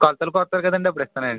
కొలతలకి వస్తారు కదండి అప్పుడు ఇస్తానండి